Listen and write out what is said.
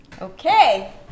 Okay